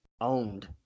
owned